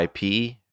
IP